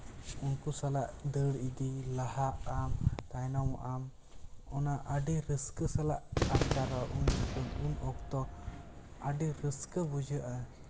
ᱩᱱᱠᱩ ᱥᱟᱞᱟᱜ ᱫᱟᱹᱲ ᱤᱫᱤ ᱞᱟᱦᱟᱜ ᱟᱢ ᱛᱟᱭᱱᱚᱢ ᱚᱜ ᱟᱢ ᱚᱱᱟ ᱟᱹᱰᱤ ᱨᱟᱹᱥᱠᱟᱹ ᱥᱟᱞᱟᱜ ᱟᱴᱠᱟᱨᱚᱜᱼᱟ ᱩᱱ ᱡᱚᱠᱷᱚᱱ ᱩᱱ ᱚᱠᱛᱚ ᱟᱹᱰᱤ ᱨᱟᱹᱥᱠᱟᱹ ᱵᱩᱡᱷᱟᱹᱜᱼᱟ